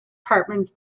apartments